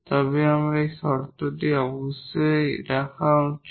তবে এই শর্তটি অবশ্যই ধরে রাখা উচিত